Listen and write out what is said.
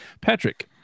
patrick